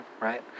right